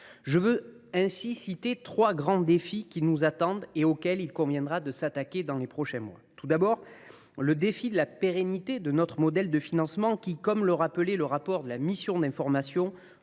Je veux ainsi citer trois grands défis qui nous attendent et auxquels il conviendra de s’attaquer dans les prochains mois. Le premier défi est celui de la pérennité de notre modèle de financement, qui, comme le rappelait le rapport de la mission d’information,